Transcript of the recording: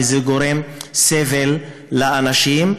וזה גורם סבל לאנשים.